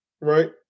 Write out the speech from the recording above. right